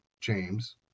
James